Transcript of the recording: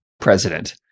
president